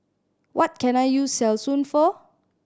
what can I use Selsun for